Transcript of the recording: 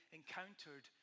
encountered